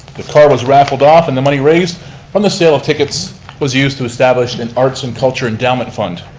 the car was raffled off and the money raised from the sale of tickets was used to establish an arts and culture endowment fund.